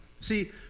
See